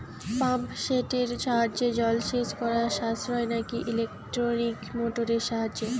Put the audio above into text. Pump সেটের সাহায্যে জলসেচ করা সাশ্রয় নাকি ইলেকট্রনিক মোটরের সাহায্যে?